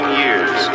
years